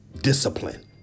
discipline